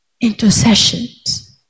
intercessions